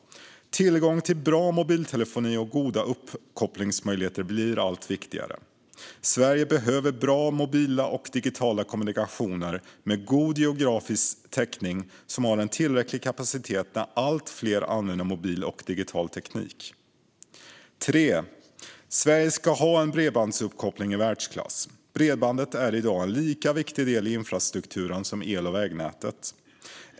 Tillgång till bra mobiltelefoni och goda uppkopplingsmöjligheter blir allt viktigare. Sverige behöver bra mobila och digitala kommunikationer med god geografisk täckning och som har en tillräcklig kapacitet när allt fler använder mobil och digital teknik. Sverige ska ha en bredbandsuppkoppling i världsklass. Bredbandet är i dag en lika viktig del i infrastrukturen som el och vägnäten.